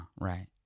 right